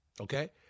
Okay